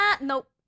nope